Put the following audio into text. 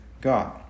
God